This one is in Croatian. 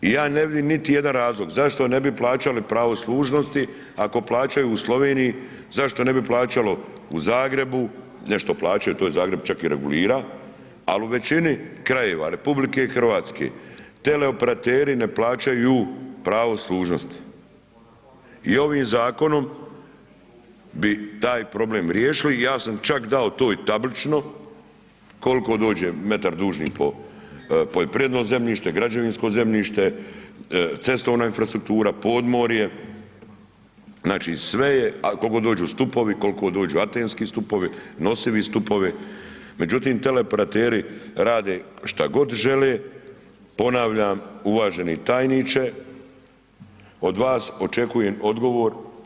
I ja ne vidim niti jedan razlog, zašto ne bi plaćali pravo služnosti, ako plaćaju u Sloveniji, zašto ne bi plaćalo u Zagrebu, nešto plaćaju, to je Zagreb čak i regulirao, ali u većini krajeva RH teleoperateri ne plaćaju pravo služnosti i ovim zakonom bi taj problem riješili i ja sam čak dao to i tablično, koliko dođe metar dužni poljoprivredno zemljište, građevinsko zemljište, cestovna infrastruktura, podmorje, znači sve, koliko dođu stupovi, koliko dođu antenski stupovi, nosivi stupovi, međutim teleoperateri rade što god žele, ponavljam, uvaženi tajniče, od vas očekujem odgovor.